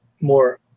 more